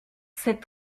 c’est